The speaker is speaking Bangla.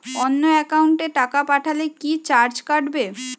অন্য একাউন্টে টাকা পাঠালে কি চার্জ কাটবে?